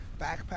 backpack